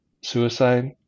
suicide